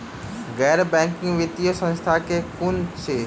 गैर बैंकिंग वित्तीय संस्था केँ कुन अछि?